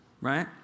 Right